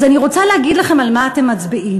אז אני רוצה להגיד לכם על מה אתם מצביעים.